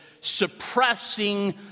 suppressing